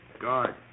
Guard